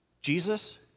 Jesus